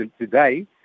today